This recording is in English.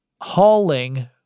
hauling